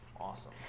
Awesome